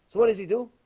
so what does he do